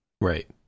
Right